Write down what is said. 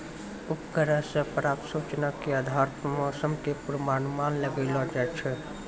उपग्रह सॅ प्राप्त सूचना के आधार पर मौसम के पूर्वानुमान लगैलो जाय छै